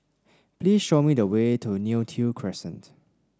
please show me the way to Neo Tiew Crescent